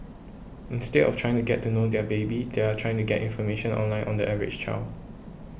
instead of trying to get to know their baby they are trying to get information online on the average child